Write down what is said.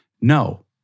no